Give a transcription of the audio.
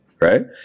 right